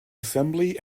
assembly